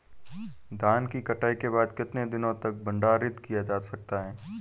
धान की कटाई के बाद कितने दिनों तक भंडारित किया जा सकता है?